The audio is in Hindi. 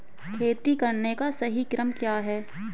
खेती करने का सही क्रम क्या है?